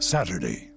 Saturday